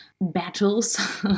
battles